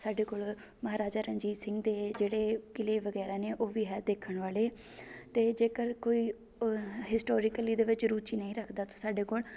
ਸਾਡੇ ਕੋਲ ਮਹਾਰਾਜਾ ਰਣਜੀਤ ਸਿੰਘ ਦੇ ਜਿਹੜੇ ਕਿਲ੍ਹੇ ਵਗੈਰਾਂ ਨੇ ਉਹ ਵੀ ਹੈ ਦੇਖਣ ਵਾਲੇ ਅਤੇ ਜੇਕਰ ਕੋਈ ਹਿਸਟੋਰੀਕਲੀ ਦੇ ਵਿੱਚ ਰੁਚੀ ਨਹੀਂ ਰੱਖਦਾ ਤਾਂ ਸਾਡੇ ਕੋਲ